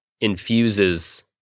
infuses